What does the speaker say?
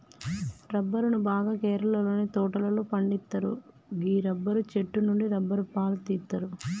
రబ్బరును బాగా కేరళలోని తోటలలో పండిత్తరు గీ రబ్బరు చెట్టు నుండి రబ్బరు పాలు తీస్తరు